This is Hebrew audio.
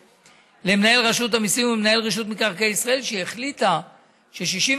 למנהל רשות המיסים ומנהל רשות מקרקעי ישראל שהיא החליטה ש-65%